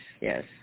yes